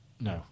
no